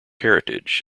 heritage